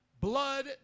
blood